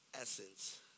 essence